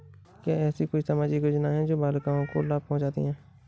क्या ऐसी कोई सामाजिक योजनाएँ हैं जो बालिकाओं को लाभ पहुँचाती हैं?